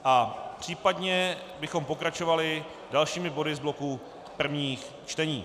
A případně bychom pokračovali dalšími body z bloku prvních čtení.